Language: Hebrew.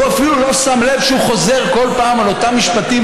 הוא אפילו לא שם לב שהוא חוזר כל פעם על אותם משפטים,